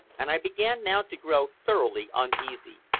and i began now to grow thoroughly uneasy.